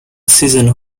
season